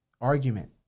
argument